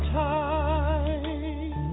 time